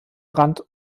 rand